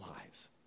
lives